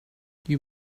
you